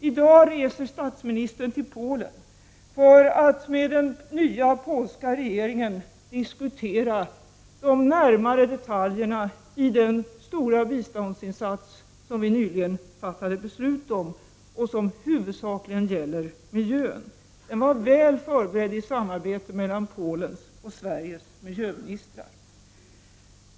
I dag reser statsministern till Polen för att med den nya polska regeringen diskutera de närmare detaljerna i den stora biståndsinsats som vi nyligen fattat beslut om och som huvudsakligen gäller miljön. Denna diskussion är väl förberedd i samarbete mellan Sveriges och Polens miljöministrar.